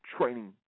training